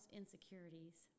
insecurities